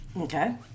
Okay